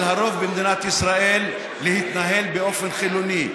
הרוב במדינת ישראל להתנהל באופן חילוני.